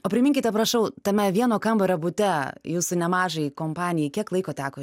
o priminkite prašau tame vieno kambario bute jūsų nemažai kompanijai kiek laiko teko